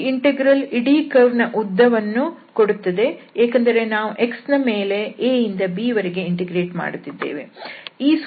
ಈ ಇಂಟೆಗ್ರಲ್ ಇಡೀ ಕರ್ವ್ನ ಉದ್ದ ವನ್ನು ಕೊಡುತ್ತದೆ ಏಕೆಂದರೆ ನಾವು x ನ ಮೇಲೆ a ನಿಂದ b ವರೆಗೆ ಇಂಟಿಗ್ರೇಟ್ ಮಾಡುತ್ತಿದ್ದೇವೆ